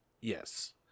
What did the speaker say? yes